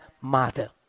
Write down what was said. mother